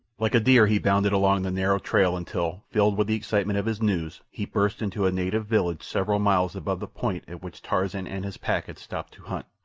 like a deer he bounded along the narrow trail until, filled with the excitement of his news, he burst into a native village several miles above the point at which tarzan and his pack had stopped to hunt.